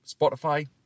Spotify